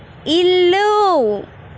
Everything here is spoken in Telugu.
ఇల్లు